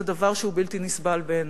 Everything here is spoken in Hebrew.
זה דבר שהוא בלתי נסבל בעיני.